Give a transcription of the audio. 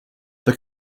the